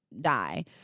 die